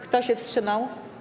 Kto się wstrzymał?